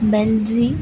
Beijing